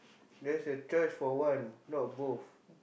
there's a choice for one not both